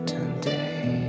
Today